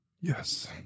Yes